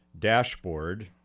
dashboard